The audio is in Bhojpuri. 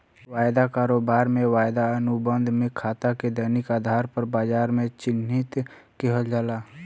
वायदा कारोबार में, वायदा अनुबंध में खाता के दैनिक आधार पर बाजार में चिह्नित किहल जाला